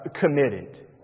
committed